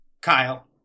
Kyle